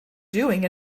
doing